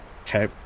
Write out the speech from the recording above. okay